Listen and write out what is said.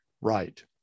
right